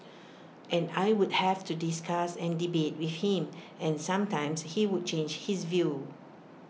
and I would have to discuss and debate with him and sometimes he would change his view